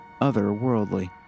otherworldly